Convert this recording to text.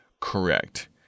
correct